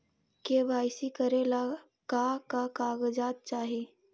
KYC करे ला का का कागजात चाही?